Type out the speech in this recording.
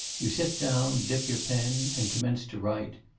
you sit down, dip your pen, and commence to write.